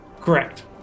Correct